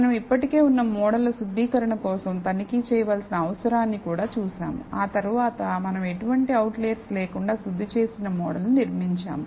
మనం ఇప్పటికే ఉన్న మోడళ్ల శుద్ధీకరణ కోసం తనిఖీ చేయవలసిన అవసరాన్ని కూడా చూసాము ఆ తరువాత మనం ఎటువంటి అవుట్లెర్స్ లేకుండా శుద్ధి చేసిన మోడల్ను నిర్మించాము